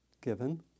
given